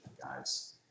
guys